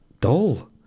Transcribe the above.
dull